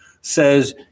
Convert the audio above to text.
says